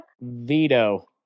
Veto